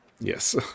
Yes